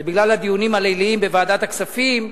זה בגלל הדיונים הליליים בוועדת הכספים,